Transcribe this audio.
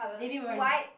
navy maroon